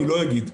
אני לא אגיד כך,